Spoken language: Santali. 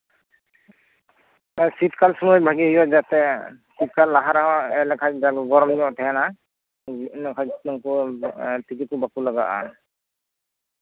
ᱥᱤᱛ ᱠᱟᱞ ᱥᱚᱢᱚᱭ ᱵᱷᱟᱜᱤ ᱦᱩᱭᱩᱜᱼᱟ ᱡᱟᱛᱮ ᱥᱤᱛ ᱠᱟᱞ ᱞᱟᱦᱟ ᱨᱮ ᱮᱨ ᱞᱮᱠᱷᱟᱱ ᱡᱟ ᱜᱮ ᱜᱚᱨᱚᱢ ᱧᱚᱜ ᱛᱟᱦᱮᱸᱱᱟ ᱤᱱᱟᱹ ᱠᱷᱟᱱ ᱛᱤᱡᱩ ᱠᱚ ᱵᱟᱠᱚ ᱞᱟᱜᱟᱜᱼᱟ